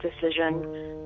decision